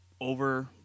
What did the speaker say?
over